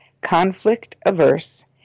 conflict-averse